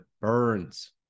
Burns